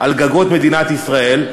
על גגות מדינת ישראל,